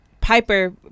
Piper